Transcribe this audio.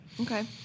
Okay